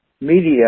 media